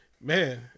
Man